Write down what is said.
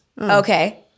Okay